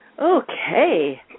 Okay